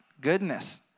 goodness